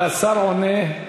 והשר עונה.